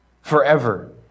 Forever